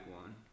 one